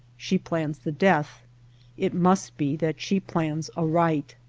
she plans the death it must be that she plans aright.